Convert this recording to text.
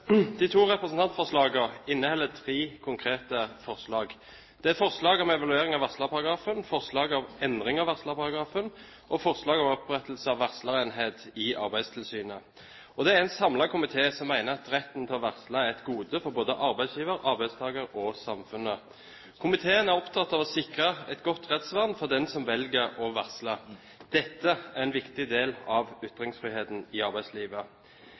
De to representantforslagene inneholder tre konkrete forslag: Det er forslag om evaluering av varslerparagrafen, forslag om endring av varslerparagrafen og forslag om opprettelse av en varslerenhet i Arbeidstilsynet. En samlet komité mener at retten til å varsle er et gode for både arbeidsgiver, arbeidstaker og samfunnet. Komiteen er opptatt av å sikre et godt rettsvern for den som velger å varsle. Dette er en viktig del av ytringsfriheten i arbeidslivet.